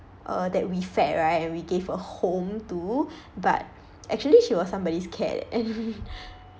uh that we fed right and we gave a home to but actually she was somebody's cat and